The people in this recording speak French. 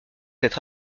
être